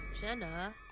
Jenna